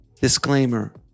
Disclaimer